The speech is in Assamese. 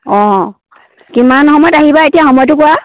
অ' কিমান সময়ত আহিবা এতিয়া সময়টো কোৱা